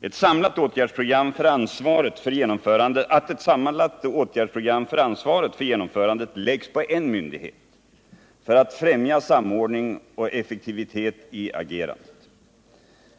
och att ansvaret för programmets genomförande läggs på en myndighet för att främja samordning och effektivitet i agerandet.